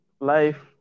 life